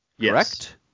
correct